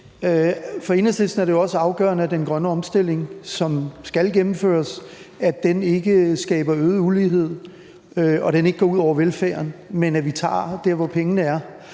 For Enhedslisten er det jo også afgørende, at den grønne omstilling, som skal gennemføres, ikke skaber øget ulighed, og at den ikke går ud over velfærden, men at vi tager der, hvor pengene er.